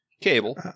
Cable